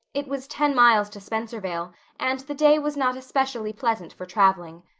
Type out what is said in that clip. it was ten miles to spencervale and the day was not especially pleasant for traveling.